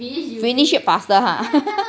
finish it faster !huh!